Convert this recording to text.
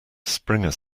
springer